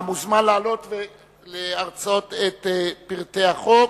המוזמן לעלות ולהרצות את פרטי החוק.